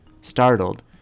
Startled